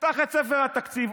תפתח את ספר התקציב.